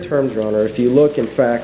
terms rather if you look in fact